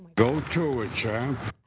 go to it champ.